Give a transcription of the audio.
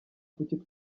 kuki